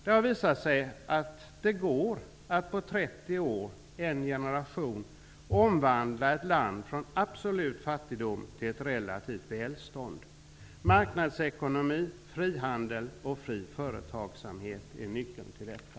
Det har visat sig att det går att på 30 år, en generation, omvandla ett land från absolut fattigdom till ett relativt välstånd. Marknadsekonomi, frihandel och fri företagsamhet är nyckeln till detta.